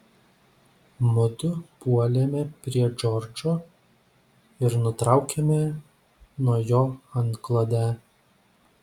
mudu puolėme prie džordžo ir nutraukėme nuo jo antklodę